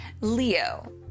Leo